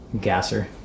Gasser